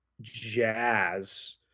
jazz